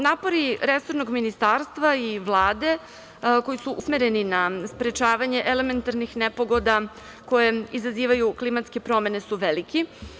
Napori resornog ministarstva i Vlade, koji su usmereni na sprečavanje elementarnih nepogoda koje izazivaju klimatske promene su veliki.